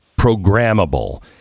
programmable